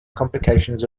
complications